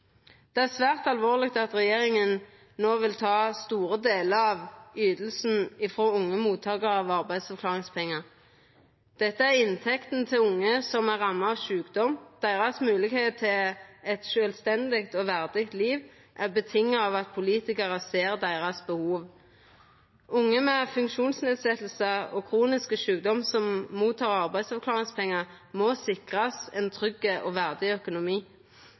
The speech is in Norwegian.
Det er svært alvorleg at regjeringa no vil ta store delar av ytinga frå unge mottakarar av arbeidsavklaringspengar. Dette er inntekta til ungdom som er ramma av sjukdom, deira moglegheit til eit sjølvstendig og verdig liv er avhengig av at politikarar ser deira behov. Unge med funksjonsnedsetjingar og kronisk sjukdom som får arbeidsavklaringspengar, må sikrast ein trygg og verdig økonomi,